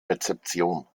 rezeption